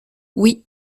oui